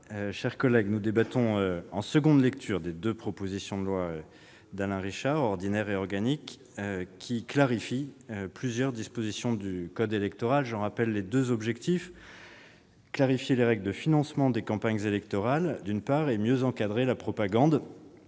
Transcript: chers collègues, nous débattons en seconde lecture des deux propositions de loi ordinaire et organique déposées par Alain Richard, qui clarifient diverses dispositions du code électoral. J'en rappelle les deux objectifs : clarifier les règles de financement des campagnes électorales, d'une part, mieux encadrer la propagande